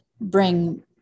bring